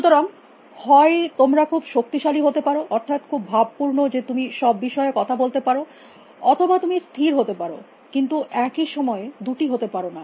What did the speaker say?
সুতরাং হয় তোমরা খুব শক্তিশালী হতে পার অর্থাৎ খুব ভাবপূর্ণ যে তুমি সব বিষয়ে কথা বলতে পারো অথবা তুমি স্থির হতে পারো কিন্তু একই সময়ে দুটি হতে পারো না